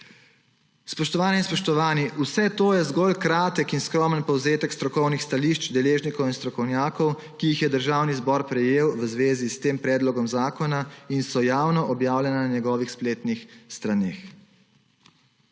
Spoštovane in spoštovani, vse to je zgolj kratek in skromen povzetek strokovnih stališč deležnikov in strokovnjakov, ki jih je Državni zbor prejel v zvezi s tem predlogom zakona in so javno objavljena na njegovih spletnih straneh.